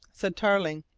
said tarling.